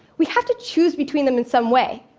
we have to choose between them in some way.